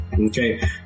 Okay